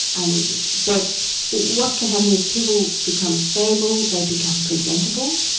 um but what can happen is people become stable, they become presentable,